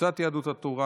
קבוצת סיעת יהדות התורה,